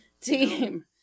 team